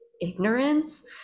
ignorance